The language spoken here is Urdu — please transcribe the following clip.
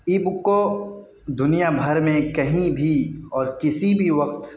ای بک کو دنیا بھر میں کہیں بھی اور کسی بھی وقت